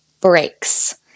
breaks